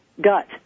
gut